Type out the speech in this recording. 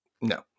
no